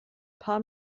paar